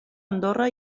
andorra